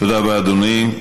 תודה רבה, אדוני.